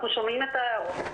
אנחנו שומעים את ההערות,